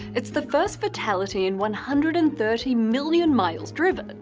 it's the first fatality in one hundred and thirty million miles driven.